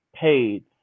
paid